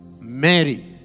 Mary